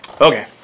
Okay